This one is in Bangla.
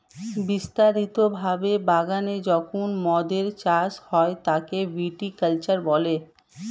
বিস্তারিত ভাবে বাগানে যখন মদের চাষ হয় তাকে ভিটি কালচার বলে